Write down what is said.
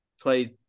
played